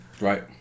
Right